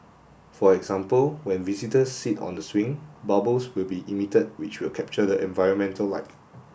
for example when visitors sit on the swing bubbles will be emitted which will capture the environmental light